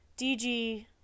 DG